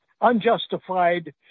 unjustified